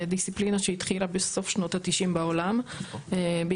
דיסציפלינה שהתחילה בסוף שנות ה-90' בעולם בעיקר